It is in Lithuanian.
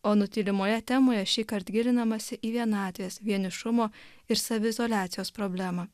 o nutylimoje temoje šįkart gilinamasi į vienatvės vienišumo ir saviizoliacijos problemą